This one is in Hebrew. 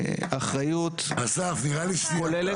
אסף נראה לי שסיימת.